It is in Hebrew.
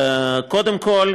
קודם כול,